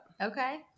Okay